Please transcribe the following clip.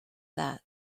that